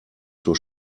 zur